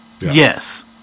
Yes